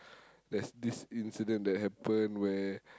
there's this incident that happen where